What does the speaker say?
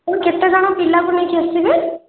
ଆପଣ କେତେ ଜଣ ପିଲାକୁ ନେଇକି ଆସିବେ